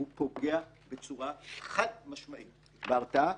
הוא פוגע בצורה חד משמעית בהרתעה.